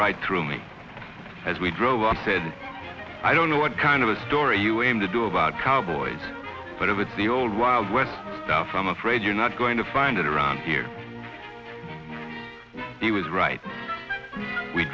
right through me as we drove i said i don't know what kind of a story you aim to do about cowboys but over the old wild west stuff i'm afraid you're not going to find it around here he was right we